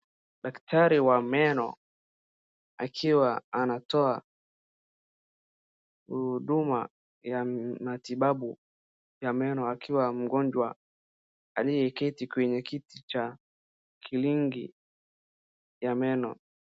Daktari wa meno akiwa anatoa huduma ya matibabu ya meno akiwa na mgonjwa aliyeketi kwenye kiti cha kliniki ya meno.